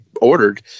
ordered